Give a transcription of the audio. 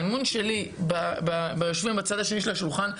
האמון שלי ביושבים בצד השני של השולחן,